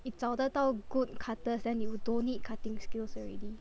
你找得到 good cutters then you don't need cutting skills already